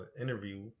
interview